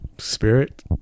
Spirit